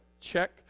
check